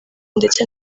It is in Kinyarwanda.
ndetse